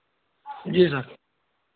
जी sir